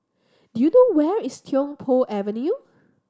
do you know where is Tiong Poh Avenue